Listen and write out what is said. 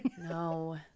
no